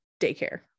daycare